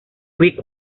quick